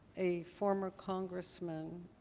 a former congressman,